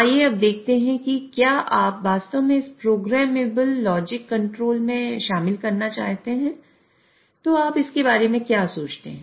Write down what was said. आइए अब देखते हैं कि क्या आप वास्तव में इसे प्रोग्रामेबल लॉजिक कंट्रोल में शामिल करना चाहते हैं तो आप इसके बारे में क्या सोचते हैं